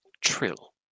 Trill